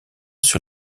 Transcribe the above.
sur